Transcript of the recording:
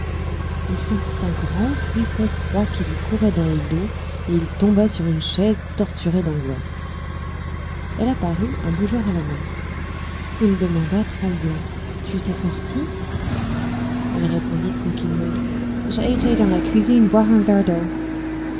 il sentit un grand frisson froid qui lui courait dans le dos et il tomba sur une chaise torturé d'angoisse elle apparut un bougeoir à la main il demanda tremblant tu étais sortie elle répondit tranquillement je été dans la cuisine boire un verre